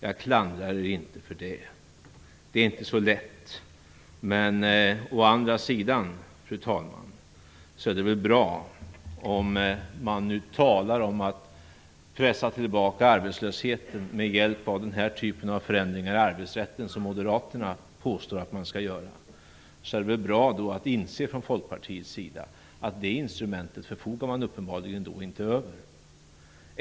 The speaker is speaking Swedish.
Jag klandrar er inte för det. Det är inte så lätt. Men å andra sidan, fru talman, är det väl bra - om man nu talar om att pressa tillbaka arbetslösheten med hjälp av den typ av förändringar av arbetsrätten som Moderaterna påstår att man skall göra - att man från Folkpartiets sida inser att man uppenbarligen inte förfogar över det instrumentet.